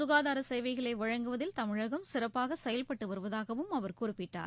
சுகாதார சேவைகளை வழங்குவதில் தமிழகம் சிறப்பாக செயல்பட்டு வருவதாகவும் அவர் குறிப்பிட்டார்